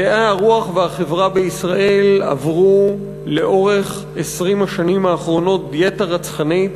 מדעי הרוח והחברה עברו לאורך 20 השנים האחרונות דיאטה רצחנית,